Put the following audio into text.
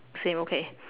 same okay